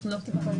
לא קיבלנו